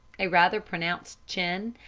a rather pronounced chin,